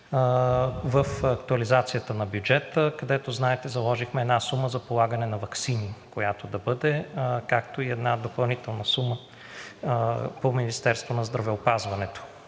в актуализацията на бюджета, където, знаете, заложихме една сума, която да бъде за полагане на ваксини, както и една допълнителна сума по Министерството на здравеопазването.